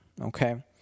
okay